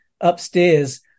upstairs